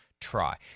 try